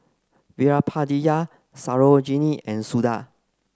Veerapandiya Sarojini and Suda